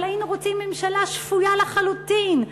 אבל היינו רוצים ממשלה שפויה לחלוטין,